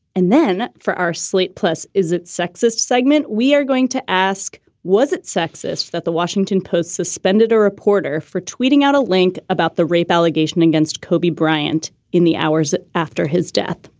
and then for our slate plus, is it sexist segment, we are going to ask, was it sexist that the washington post suspended a reporter for tweeting out a link about the rape allegation against kobe bryant in the hours after his death?